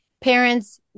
parents